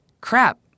crap